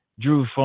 drew